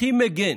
הכי מגן